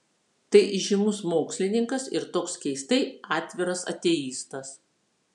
tai įžymus mokslininkas ir toks keistai atviras ateistas